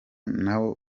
nawo